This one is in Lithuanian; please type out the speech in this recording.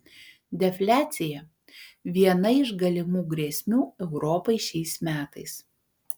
defliacija viena iš galimų grėsmių europai šiais metais